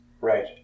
right